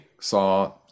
saw